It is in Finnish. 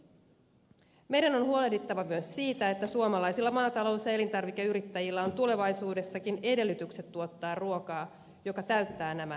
meidän on huolehdittava myös siitä että suomalaisilla maatalous ja elintarvikeyrittäjillä on tulevaisuudessakin edellytykset tuottaa ruokaa joka täyttää nämä edelliset kriteerit